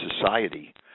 society